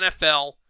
NFL